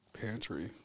pantry